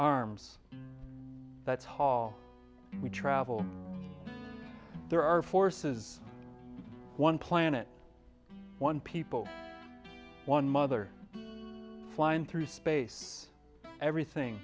arms that's how we travel there are forces one planet one people one mother flying through space everything